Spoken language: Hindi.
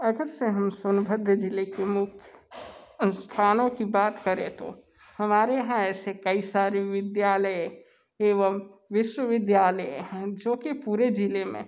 अगर से हम सोनभद्र ज़िले की मुख्य स्थानों की बात करें तो हमारे यहाँ ऐसे कई सारी विद्यालय एवं विश्वविद्यालय हैं जो कि पूरे ज़िले में